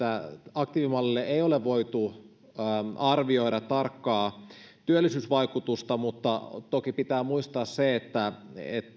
aktiivimallille ei ole voitu arvioida tarkkaa työllisyysvaikutusta mutta toki pitää muistaa se että